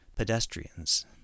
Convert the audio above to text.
Pedestrians